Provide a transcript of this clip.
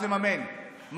מי מממן אותם?